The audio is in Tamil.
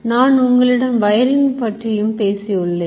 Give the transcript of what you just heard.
நான் உங்களிடம் வயரிங் பற்றியும் பேசியுள்ளேன்